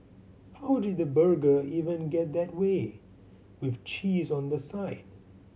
how did the burger even get that way with cheese on the side